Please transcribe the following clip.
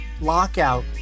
lockout